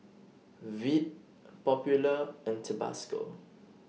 Veet Popular and Tabasco